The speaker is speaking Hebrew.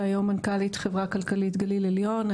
והיום מנכ"לית חברה כלכלית גליל עליון.